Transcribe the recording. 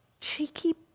Cheeky